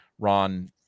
Ron